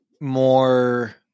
more